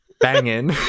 Banging